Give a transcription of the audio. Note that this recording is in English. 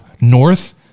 North